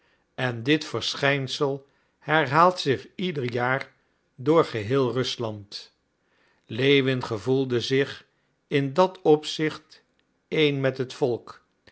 en dit verschijnsel herhaalt zich ieder jaar door geheel rusland lewin gevoelde zich in dat opzicht één met het volk